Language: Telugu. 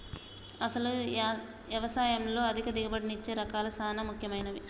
అసలు యవసాయంలో అధిక దిగుబడినిచ్చే రకాలు సాన ముఖ్యమైనవి